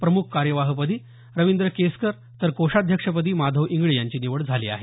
प्रमुख कार्यवाहपदी रविंद्र केसकर तर कोषाध्यक्षपदी माधव इंगळे यांची निवड झाली आहे